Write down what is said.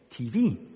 tv